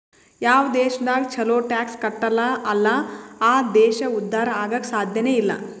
ಯಾವ್ ದೇಶದಾಗ್ ಛಲೋ ಟ್ಯಾಕ್ಸ್ ಕಟ್ಟಲ್ ಅಲ್ಲಾ ಆ ದೇಶ ಉದ್ಧಾರ ಆಗಾಕ್ ಸಾಧ್ಯನೇ ಇಲ್ಲ